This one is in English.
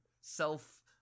self